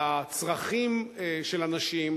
לצרכים של אנשים,